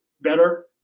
better